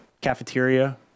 cafeteria